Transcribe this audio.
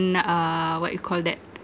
uh what you call that